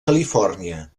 califòrnia